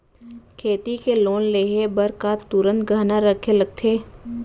खेती के लोन लेहे बर का तुरंत गहना रखे लगथे?